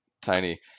tiny